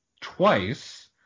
twice